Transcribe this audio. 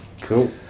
Cool